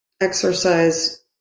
exercise